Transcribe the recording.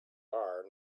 bar